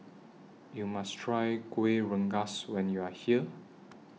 YOU must Try Kueh Rengas when YOU Are here